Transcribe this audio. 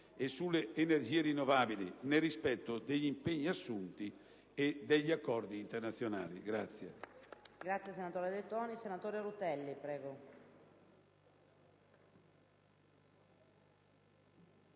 e sulle energie rinnovabili, nel rispetto degli impegni assunti e degli accordi internazionali.